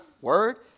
Word